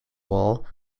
wall